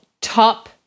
top